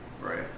Right